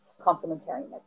complementarianism